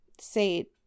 say